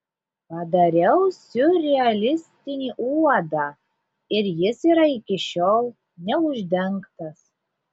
padariau siurrealistinį uodą ir jis yra iki šiol neuždengtas